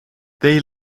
they